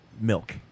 milk